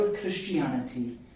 Christianity